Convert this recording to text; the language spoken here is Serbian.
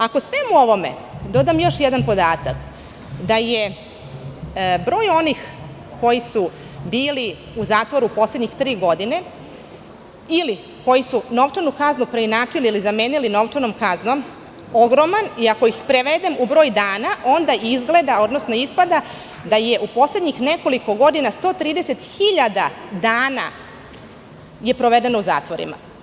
Ako svemu ovome dodam još jedan podatak da je broj onih koji su bili u zatvoru poslednjih tri godine ili koji su novčanu kaznu preinačili ili zamenili novčanom kaznom ogroman, i ako ih prevedem u broj dana, onda ispada da je u poslednjih nekoliko godina 130.000 dana provedeno u zatvorima.